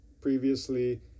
previously